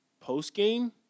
post-game